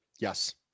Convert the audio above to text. Yes